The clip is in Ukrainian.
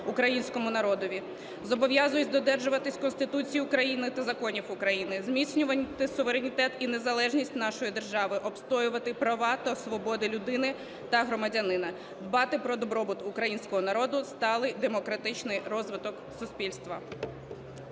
Українському народові. Зобов'язуюсь додержуватися Конституції України та законів України, зміцнювати суверенітет і незалежність нашої держави, обстоювати права та свободи людини та громадянина, дбати про добробут Українського народу, сталий демократичний розвиток суспільства.